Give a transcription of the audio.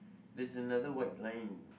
there's another white line